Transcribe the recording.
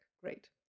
Great